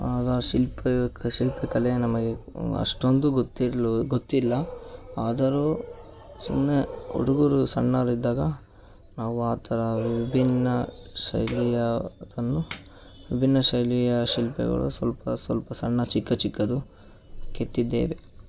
ಶಿಲ್ಪ ಕ ಶಿಲ್ಪಕಲೆ ನಮಗೆ ಅಷ್ಟೊಂದು ಗೊತ್ತಿಲ್ಲೊ ಗೊತ್ತಿಲ್ಲ ಆದರೂ ಸುಮ್ಮನೆ ಹುಡುಗರು ಸಣ್ಣವರಿದ್ದಾಗ ನಾವು ಆ ಥರ ವಿಭಿನ್ನ ಶೈಲಿಯದನ್ನು ವಿಭಿನ್ನ ಶೈಲಿಯ ಶಿಲ್ಪಗಳು ಸ್ವಲ್ಪ ಸ್ವಲ್ಪ ಸಣ್ಣ ಚಿಕ್ಕ ಚಿಕ್ಕದು ಕೆತ್ತಿದ್ದೇವೆ